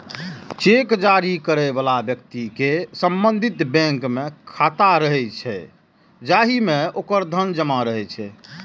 cheque जारी करै बला व्यक्ति के संबंधित बैंक मे खाता रहै छै, जाहि मे ओकर धन जमा रहै छै